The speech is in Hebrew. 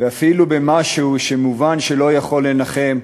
ואפילו במשהו שמובן שלא יכול לנחם,